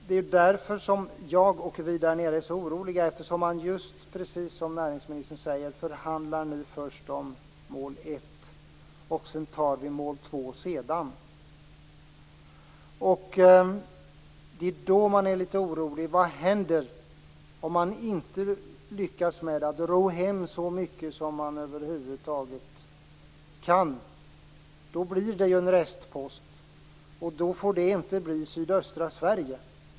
Det är därför som jag, och vi i området, är så oroliga. Det är ju just precis som näringsministern säger, att man först förhandlar om mål 1 och sedan tar mål 2. Då blir jag lite orolig. Vad händer om man inte lyckas med att ro hem så mycket som man över huvud taget kan? Då blir det ju en restpost, och det får inte bli sydöstra Sverige.